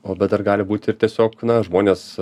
o bet dar gali būt ir tiesiog na žmonės